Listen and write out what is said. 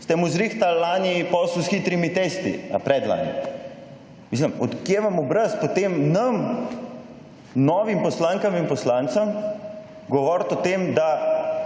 ste mu zrihtali lani posel s hitrimi testi ali predlani. Mislim od kje vam obraz potem nam, novim poslankam in poslancem govoriti o tem, da